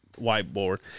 whiteboard